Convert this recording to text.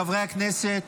חברי הכנסת.